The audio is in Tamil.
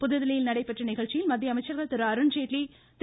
புதுதில்லியில் நடைபெற்ற நிகழ்ச்சியில் மத்திய அமைச்சர்கள் திரு அருண்ஜேட்லி திரு